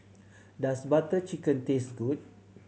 does Butter Chicken taste good